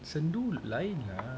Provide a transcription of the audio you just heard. sendu lain lah